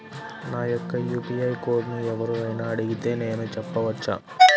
నా యొక్క యూ.పీ.ఐ కోడ్ని ఎవరు అయినా అడిగితే నేను చెప్పవచ్చా?